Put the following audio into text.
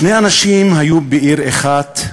שני אנשים היו בעיר אחת: